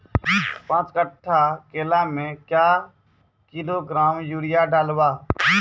पाँच कट्ठा केला मे क्या किलोग्राम यूरिया डलवा?